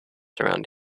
around